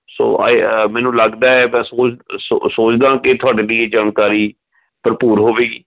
ਸੋ ਆਏ ਮੈਨੂੰ ਲੱਗਦਾ ਹੈ ਮੈਂ ਸੋਚ ਸੋਚਦਾਂ ਕਿ ਤੁਹਾਡੇ ਲਈ ਇਹ ਜਾਣਕਾਰੀ ਭਰਪੂਰ ਹੋਵੇਗੀ